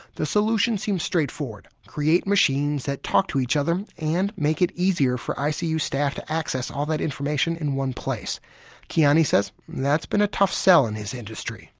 the solution seems straight-forward create machines that talk to each and make it easier for icu staff to access all that information in one place kiani says that's been a tough sell in his industry.